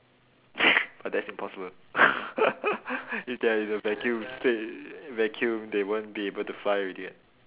but that's impossible if they're in a vacuum in spa~ vacuum they won't be able to fly already [what]